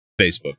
Facebook